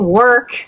work